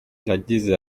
yagize